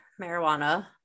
marijuana